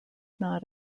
not